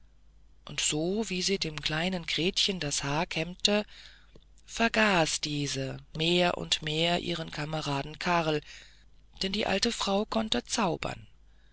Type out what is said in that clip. und so wie sie dem kleinen gretchen das haar kämmte vergaß diese mehr und mehr ihren kameraden karl denn die alte frau konnte zaubern